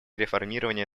реформирования